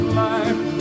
life